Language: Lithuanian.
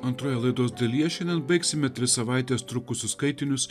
antroje laidos dalyje šiandien baigsime tris savaites trukusius skaitinius